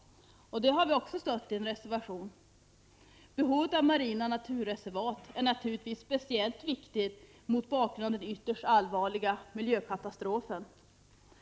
Också det har vi stött i en reservation. Behovet av marina naturreservat är naturligtvis speciellt viktigt mot bakgrund av den ytterst allvarliga miljökatastrofen.